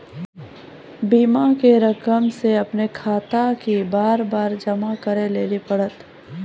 बीमा के रकम खाता से अपने कटत कि बार बार जमा करे लेली पड़त?